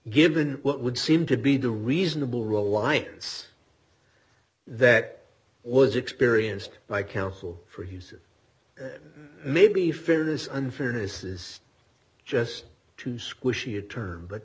given what would seem to be the reasonable reliance that was experienced by counsel for use of maybe fairness unfairness is just too squishy a term but